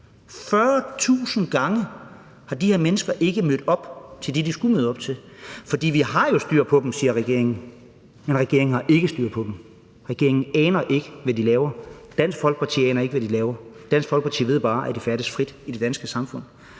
40.000 gange er de her mennesker ikke mødt op til det, de skulle møde op til. For vi har jo styr på dem, siger regeringen, men regeringen har ikke styr på dem. Regeringen aner ikke, hvad de laver. Dansk Folkeparti aner ikke, hvad de laver. Dansk Folkeparti ved bare, at de færdes frit i det danske samfund.